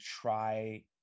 try